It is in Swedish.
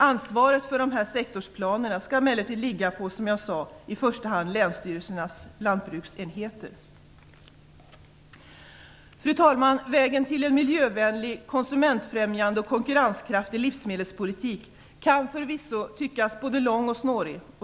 Ansvaret för de här sektorsplanerna skall emellertid, som jag sade, i första hand ligga på länsstyrelsernas lantbruksenheter. Fru talman! Vägen till en miljövänlig, konsumentfrämjande och konkurrenskraftig livsmedelspolitik kan förvisso tyckas både lång och snårig.